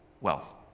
wealth